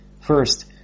First